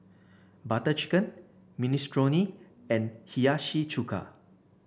Butter Chicken Minestrone and Hiyashi Chuka